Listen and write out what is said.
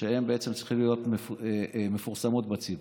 שצריכות להיות מפורסמות בציבור,